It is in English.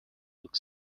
look